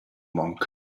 monk